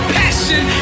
passion